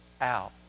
out